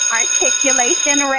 articulation